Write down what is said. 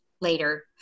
later